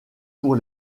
pour